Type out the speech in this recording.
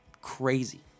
crazy